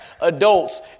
adults